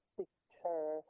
picture